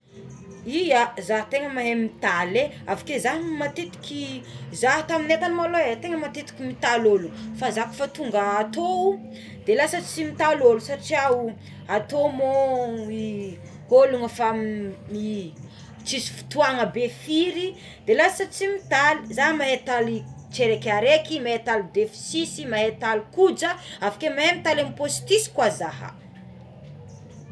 Ia za tegna mahay mitaly é avekéo za matetiky za tamignay tagny maloha é tegna matetika mitaly olo fa zah ko fa tonga ato de lasa tsy mitaly olo satria ao atao mo mi- ologno fa mi- tsisy fotoagna be firy de lasa tsy mitaly za mahay mitaly tsiaraikaraiky mahay mitaly be fisisy mahay taly koja avakeo mahay mitaly amign'ny postisy ko zaha.